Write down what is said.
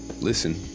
listen